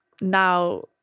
now